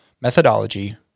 methodology